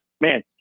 man